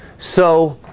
so